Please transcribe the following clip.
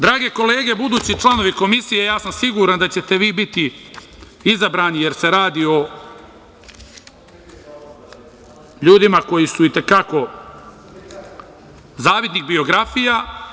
Drage kolege, budući članovi Komisije, siguran sam da ćete vi biti izabrani, jer se radi o ljudima koji su i te kako zavidnih biografija.